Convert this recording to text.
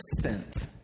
sent